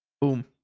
boom